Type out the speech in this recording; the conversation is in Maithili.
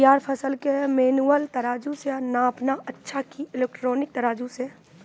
तैयार फसल के मेनुअल तराजु से नापना अच्छा कि इलेक्ट्रॉनिक तराजु से?